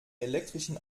elektrischen